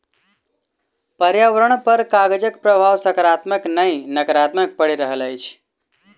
पर्यावरण पर कागजक प्रभाव साकारात्मक नै नाकारात्मक पड़ि रहल अछि